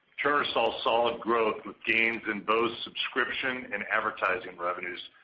turner saw solid growth with gains in both subscription and advertising revenues.